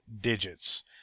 digits